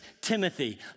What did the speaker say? Timothy